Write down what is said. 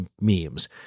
memes